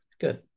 good